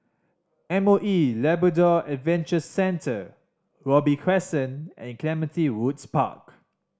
M O E Labrador Adventure Centre Robey Crescent and Clementi Woods Park